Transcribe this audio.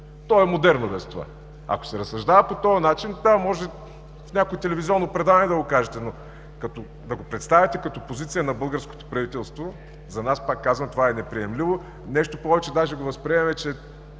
То е модерно и без това. Ако се разсъждава по този начин, това може да го кажете в някое телевизионно предаване, но да го представяте като позиция на българското правителство?! За нас, пак казвам, това е неприемливо. Нещо повече – даже го възприемаме, че